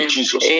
Jesus